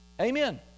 Amen